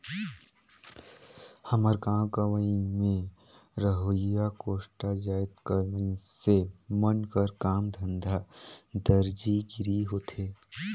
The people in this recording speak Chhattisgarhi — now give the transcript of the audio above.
हमर गाँव गंवई में रहोइया कोस्टा जाएत कर मइनसे मन कर काम धंधा दरजी गिरी होथे